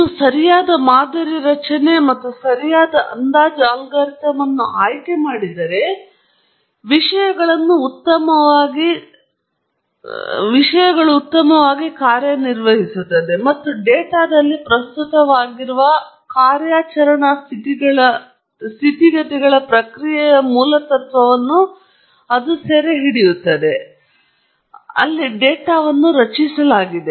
ನೀವು ಸರಿಯಾದ ಮಾದರಿ ರಚನೆ ಮತ್ತು ಸರಿಯಾದ ಅಂದಾಜು ಅಲ್ಗಾರಿದಮ್ ಅನ್ನು ಆಯ್ಕೆ ಮಾಡಿದರೆ ವಿಷಯಗಳನ್ನು ಉತ್ತಮವಾಗಿ ಕಾರ್ಯನಿರ್ವಹಿಸುತ್ತದೆ ಮತ್ತು ಡೇಟಾದಲ್ಲಿ ಪ್ರಸ್ತುತವಾಗಿರುವ ಕಾರ್ಯಾಚರಣಾ ಸ್ಥಿತಿಗತಿಗಳ ಪ್ರಕ್ರಿಯೆಯ ಮೂಲತತ್ವವನ್ನು ಅದು ಸೆರೆಹಿಡಿದಿದೆ ಅದು ಡೇಟಾವನ್ನು ರಚಿಸಲಾಗಿದೆ